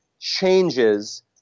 changes